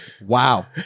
Wow